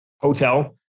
hotel